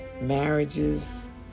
marriages